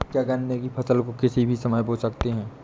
क्या गन्ने की फसल को किसी भी समय बो सकते हैं?